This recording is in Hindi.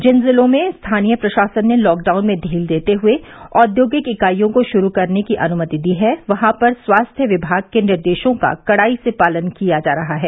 जिन जिलों में स्थानीय प्रशासन ने लॉकडाउन में ढील देते हुए औद्योगिक इकाइयों को शुरू करने की अनुमति दी है वहां पर स्वास्थ्य विभाग के निर्देशों का कड़ाई से पालन किया जा रहा है